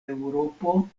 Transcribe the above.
eŭropo